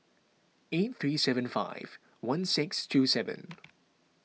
eight three seven five one six two seven